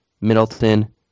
Middleton